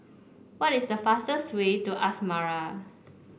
what is the fastest way to Asmara